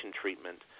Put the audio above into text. treatment